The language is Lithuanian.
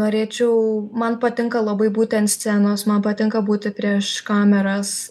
norėčiau man patinka labai būti antr scenos man patinka būti prieš kameras